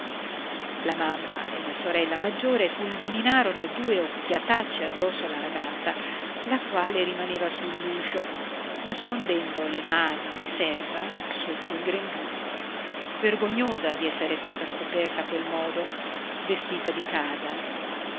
la mamma e la sorella maggiore fulminarono due occhiataccie addosso alla ragazza la quale rimaneva sull'uscio nascondendo le mani di serva sotto il grembiule vergognosa di esser stata scoperta a quel modo vestita di casa